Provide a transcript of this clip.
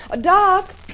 Doc